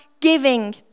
giving